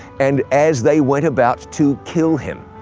and as they went about to kill him.